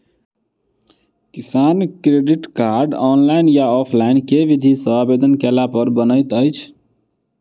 किसान credit card, online या offline केँ विधि सँ आवेदन कैला पर बनैत अछि?